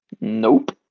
Nope